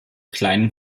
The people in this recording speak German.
kleinen